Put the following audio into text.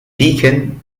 pecan